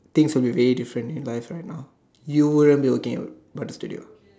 things would be very different in life right now you wouldn't be working at butter studio